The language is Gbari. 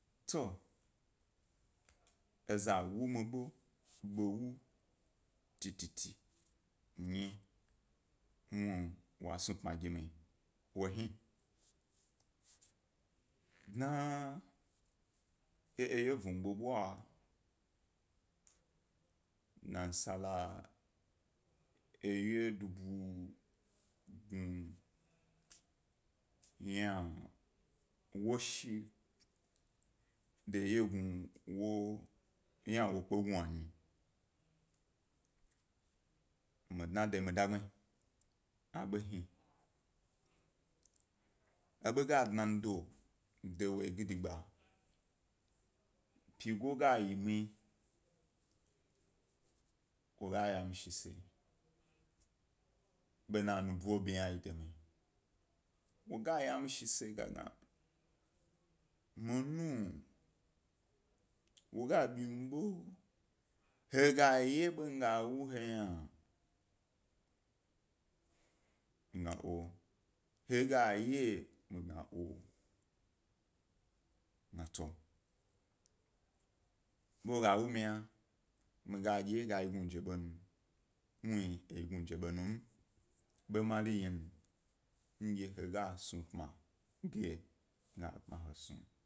To eza wu mi ḃe, ḃe wu tititi nyi, muhni was nu pmi gi mi wo hai, dna eye vumgbe ḃwa nasara ye duto gnu yna, woshi dye ye ynawo kpe gnanyi, mi dna de mi dagbma a ḃo hni, eḃo ga dna mi do de wo yi gidigba, pyigo ga yi mi, wo gay a mi shi se, ḃena nubo ḃmi yna a ḃe yi de mi, wo gay a mi se ga gna mi nuwn, wo ga ḃinbo ha ga ye be mi ga wu yna, mi gna oo, he ga ye, mi gna oo. Wo gna to ḃe wo ga wu yna mi ga dye wye ga yi gnuje ḃen. Muhni eye gnuje ḃe num be mari yin ndye he gas nu pmige ga ḃma sna.